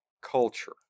culture